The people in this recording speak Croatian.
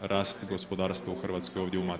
rast gospodarstva u Hrvatskoj, ovdje u matici?